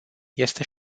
este